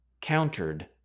countered